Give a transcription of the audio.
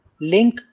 link